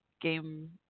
game